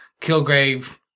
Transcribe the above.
Kilgrave